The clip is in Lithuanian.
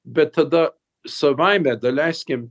bet tada savaime daleiskim